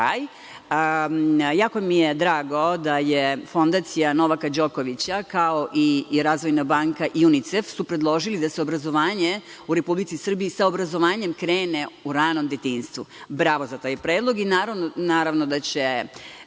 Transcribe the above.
jako mi je drago da je Fondacija Novaka Đokovića, kao i Razvojna Banka i UNICEF su predložili da se obrazovanje u Republici Srbiji, sa obrazovanjem krene u ranom detinjstvu. Bravo za taj predlog. Naravno da će